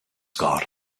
gar